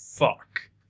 Fuck